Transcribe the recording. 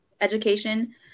education